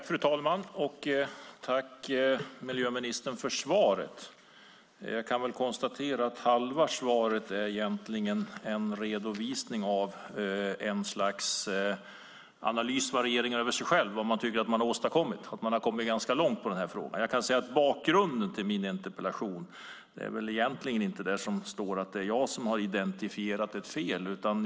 Fru talman! Tack, miljöministern, för svaret! Jag kan konstatera att halva svaret egentligen är en redovisning av ett slags analys av vad regeringen själv anser att man har åstadkommit, att man har kommit ganska långt i den här frågan. Jag kan säga att bakgrunden till min interpellation inte är det som står, att jag har identifierat ett fel.